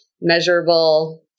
measurable